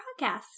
podcast